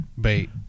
Bait